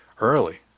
Early